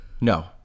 No